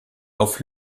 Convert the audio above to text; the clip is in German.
auf